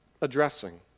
addressing